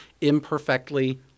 imperfectly